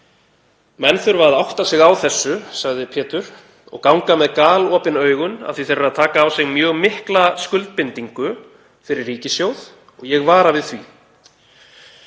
„Menn þurfa að átta sig á þessu og ganga með galopin augun af því að þeir eru að taka á sig mjög mikla skuldbindingu fyrir ríkissjóð og ég vara við því.“